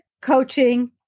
coaching